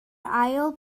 ail